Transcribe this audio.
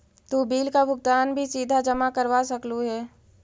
तु बिल का भुगतान भी सीधा जमा करवा सकलु हे